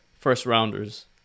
First-rounders